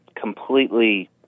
completely